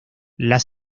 las